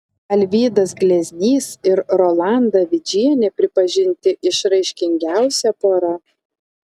alvydas gleznys ir rolanda vidžienė pripažinti išraiškingiausia pora